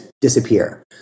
disappear